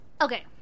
Okay